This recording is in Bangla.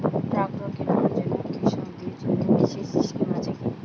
ট্রাক্টর কেনার জন্য কৃষকদের জন্য বিশেষ স্কিম আছে কি?